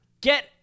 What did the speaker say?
Get